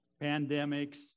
pandemics